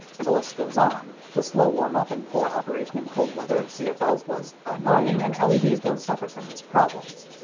and the list goes on the slow warmup and poor operation in cold weather of cfls was annoying, and leds don't suffer from these problems.